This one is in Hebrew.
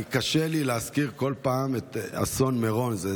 קשה לי להזכיר את אסון מירון בכל פעם,